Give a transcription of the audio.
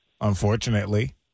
unfortunately